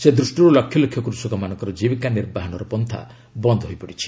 ସେ ଦୃଷ୍ଟିରୁ ଲକ୍ଷ ଲକ୍ଷ କୃଷକମାନଙ୍କର ଜୀବିକା ନିର୍ବାହନର ପନ୍ଥା ବନ୍ଦ ହୋଇ ପଡ଼ିଛି